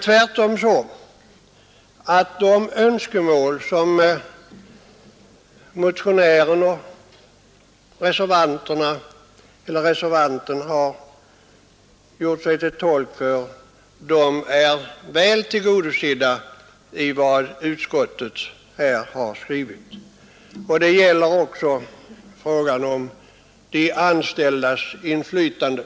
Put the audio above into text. Tvärtom är motionärernas och reservantens önskemål väl tillgodosedda i vad utskottet har skrivit. Det gäller också frågan om de anställdas inflytande.